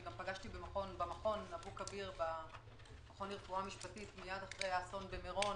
שפגשתי גם במכון לרפואה משפטית באבו כביר מייד אחרי האסון במירון.